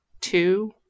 two